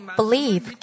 believe